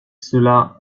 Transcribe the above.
cela